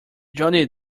johnny